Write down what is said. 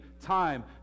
time